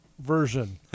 version